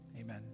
Amen